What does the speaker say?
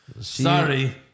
Sorry